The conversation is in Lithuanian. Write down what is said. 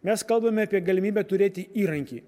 mes kalbame apie galimybę turėti įrankį